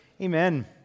Amen